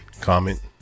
comment